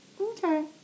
Okay